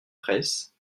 fraysse